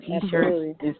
T-shirt